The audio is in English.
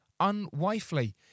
unwifely